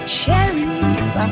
cherries